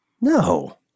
No